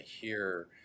hear